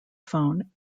phone